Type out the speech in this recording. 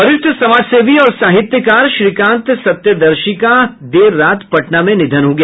वरिष्ठ समाजसेवी और साहित्यकार श्रीकांत सत्यदर्शी का देर रात पटना में निधन हो गया